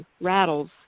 rattles